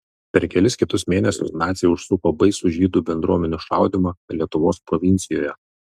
per kelis kitus mėnesius naciai užsuko baisų žydų bendruomenių šaudymą lietuvos provincijoje